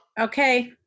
Okay